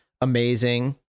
amazing